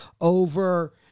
over